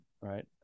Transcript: Right